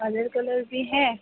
other colour بھی ہیں